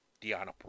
Diana